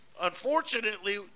Unfortunately